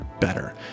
better